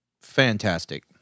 Fantastic